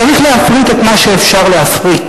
צריך להפריט את מה שאפשר להפריט,